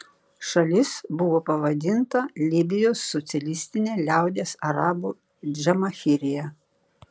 šalis buvo pavadinta libijos socialistine liaudies arabų džamahirija